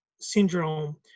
syndrome